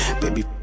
baby